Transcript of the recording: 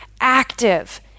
active